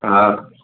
हा